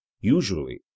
Usually